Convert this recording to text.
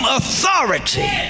authority